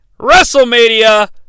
Wrestlemania